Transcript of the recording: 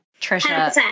Trisha